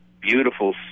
beautiful